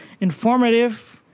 informative